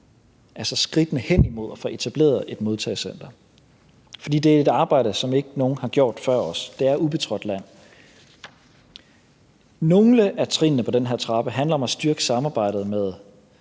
altså skridtene hen imod at få etableret et modtagecenter. For det er et arbejde, som ingen har gjort før os. Det er ubetrådt land. Nogle af trinnene på den her trappe handler om at styrke samarbejdet om